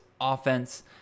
offense